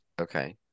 okay